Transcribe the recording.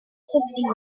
sottile